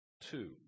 two